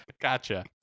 gotcha